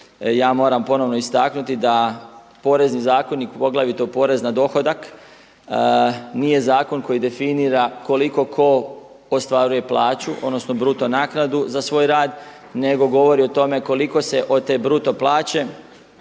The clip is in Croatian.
ja moram ponovno istaknuti da porezni zakoni poglavito porez na dohodak nije zakon koji definira koliko ko ostvaruje plaću odnosno bruto naknadu za svoj rad, nego govori o tome koliko se od te bruto plaće